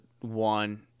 one